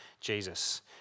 Jesus